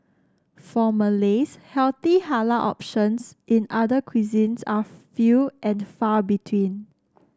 for Malays healthy halal options in other cuisines are few and far between